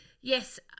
yes